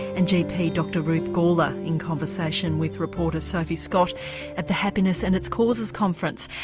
and gp dr ruth gawler in conversation with reporter sophie scott at the happiness and its causes conference.